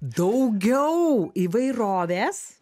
daugiau įvairovės